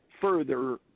further